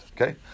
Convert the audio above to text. Okay